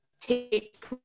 take